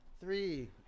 three